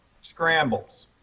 scrambles